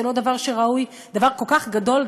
זה דבר כל כך גדול,